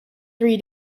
three